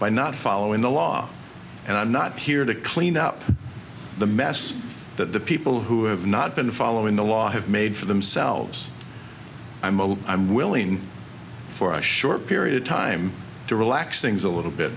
by not following the law and i'm not here to clean up the mess that the people who have not been following the law have made for themselves imo i'm willing for a short period of time to relax things a little bit